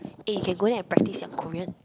eh can go there and practice your Korean